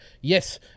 yes